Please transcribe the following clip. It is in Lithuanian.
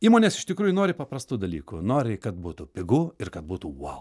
įmonės iš tikrųjų nori paprastų dalykų nori kad būtų pigu ir kad būtų vau